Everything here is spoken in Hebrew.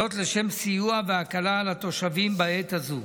זאת לשם סיוע והקלה על התושבים בעת הזו.